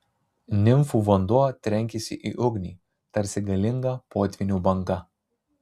nimfų vanduo trenkėsi į ugnį tarsi galinga potvynio banga